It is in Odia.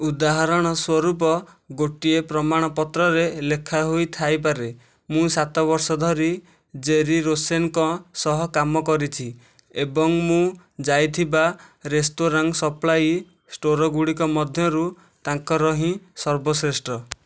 ଉଦାହରଣ ସ୍ୱରୂପ ଗୋଟିଏ ପ୍ରମାଣପତ୍ରରେ ଲେଖାହୋଇ ଥାଇପାରେ ମୁଁ ସାତ ବର୍ଷ ଧରି ଜେରି ରୋସେନଙ୍କ ସହ କାମ କରିଛି ଏବଂ ମୁଁ ଯାଇଥିବା ରେସ୍ତୋରାଁ ସପ୍ଲାଇ ଷ୍ଟୋରଗୁଡ଼ିକ ମଧ୍ୟରୁ ତାଙ୍କର ହିଁ ସର୍ବଶ୍ରେଷ୍ଠ